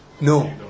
No